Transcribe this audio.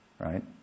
right